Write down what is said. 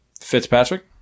Fitzpatrick